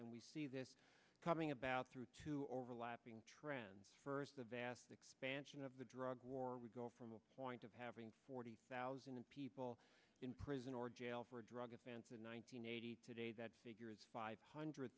and we see this coming about through two overlapping trends first the vast expansion of the drug war we go from a point of having forty thousand people in prison or jail for a drug offense in one thousand nine hundred today that figure is five hundred